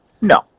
No